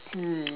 mm